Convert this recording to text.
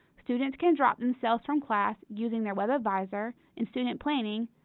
students can drop themselves from class using their webadvisor and student planning,